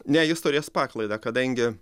ne jis turės paklaidą kadangi